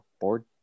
board